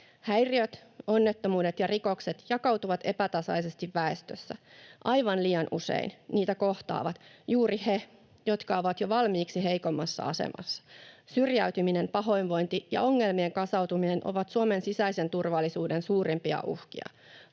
Häiriöt, onnettomuudet ja rikokset jakautuvat epätasaisesti väestössä. Aivan liian usein niitä kohtaavat juuri he, jotka ovat jo valmiiksi heikommassa asemassa. Syrjäytyminen, pahoinvointi ja ongelmien kasautuminen ovat Suomen sisäisen turvallisuuden suurimpia uhkia.